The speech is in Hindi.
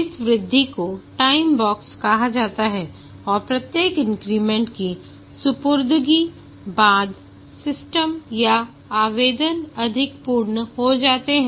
इस वृद्धि को टाइम बॉक्स कहा जाता है और प्रत्येक इंक्रीमेंट की सुपुर्दगी बाद सिस्टम या आवेदन अधिक पूर्ण हो जाते हैं